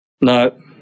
No